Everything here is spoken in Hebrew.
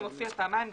זה מופיע פעמיים,